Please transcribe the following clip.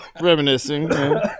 reminiscing